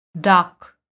Duck